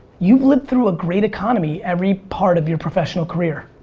you've lived through a great economy every part of your professional career.